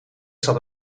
zat